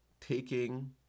taking